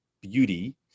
beauty